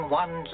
one